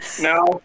No